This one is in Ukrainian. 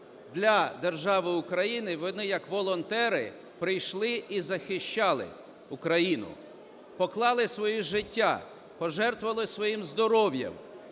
для держави України вони, як волонтери прийшли і захищали Україну, поклали свої життя, пожертвували своїм здоров'ям.